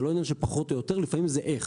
זה לא עניין של פחות או יותר, לפעמים זה איך.